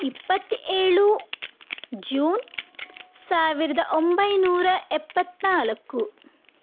ಇಪ್ಪತ್ತೇಳು ಜೂನ್ ಸಾವಿರದ ಒಂಬೈನೂರ ಎಪ್ಪತ್ತ್ನಾಲ್ಕು